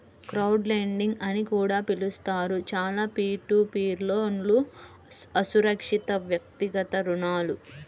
crowdlending అని కూడా పిలుస్తారు, చాలా పీర్ టు పీర్ లోన్లుఅసురక్షితవ్యక్తిగత రుణాలు